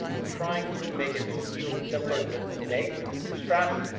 we're trying to make it even simpler to to make. straps.